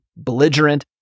Belligerent